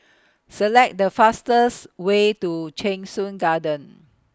Select The fastest Way to Cheng Soon Garden